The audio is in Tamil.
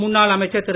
முன்னாள் அமைச்சர் திரு